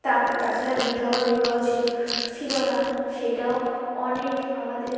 তাছাড়া বিধবা বিবাহ ছিল ছিল না সেটাও অনেক আমাদের